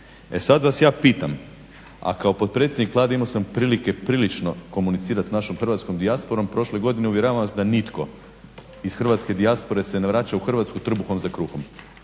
E sada vas ja pitam, a kao potpredsjednik vlade imao sam prilike prilično komunicirati sa našom hrvatskom dijasporom prošle godine, uvjeravam vas da nitko iz hrvatske dijaspore se ne vraća u Hrvatsku trbuhom za kruhom,